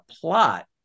plot